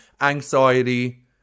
anxiety